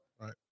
Right